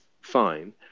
fine